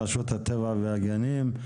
רשות הטבע והגנים,